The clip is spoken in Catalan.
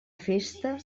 festa